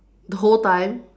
the whole time